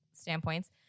standpoints